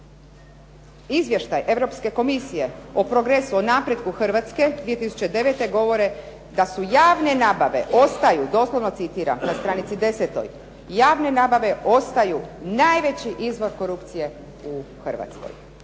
izvještaj Europske Komisije o progresu, o napretku Hrvatske 2009. govore da su javne nabave ostaju, doslovno citiram na stranici 10., javne nabave ostaju najveći izvor korupcije u Hrvatskoj.